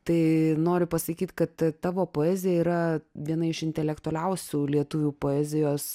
tai noriu pasakyt kad tavo poezija yra viena iš intelektualiausių lietuvių poezijos